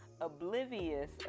oblivious